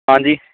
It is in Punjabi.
ਹਾਂਜੀ